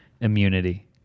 immunity